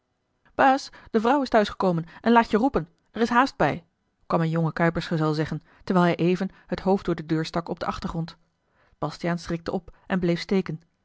baas de vrouw is thuisgekomen en laat je roepen er is a l g bosboom-toussaint de delftsche wonderdokter eel haast bij kwam een jonge kuipersgezel zeggen terwijl hij even het hoofd door de deur stak op den achtergrond bastiaan schrikte op en bleef steken